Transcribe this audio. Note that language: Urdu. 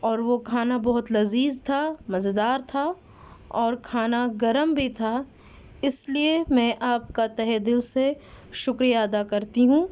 اور وہ کھانا بہت لذیذ تھا مزیدار تھا اور کھانا گرم بھی تھا اس لیے میں آپ کا تہہ دل سے شکریہ ادا کرتی ہوں